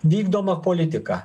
vykdoma politika